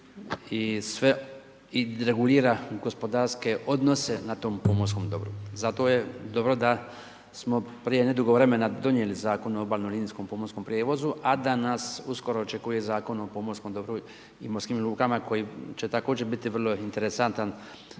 i regulira gospodarske odnose na tom pomorskom dobru. Zato je dobro da smo prije nedugo vremena donijeli Zakon o obalno linijskom pomorskom prijevozu, a da nas uskoro očekuje Zakon o pomorskom dobru i morskim lukama koji će također biti vrlo interesantan